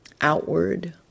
outward